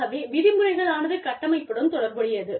ஆகவே விதிமுறைகளானது கட்டமைப்புடன் தொடர்புடையது